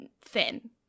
thin